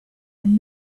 and